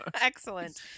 Excellent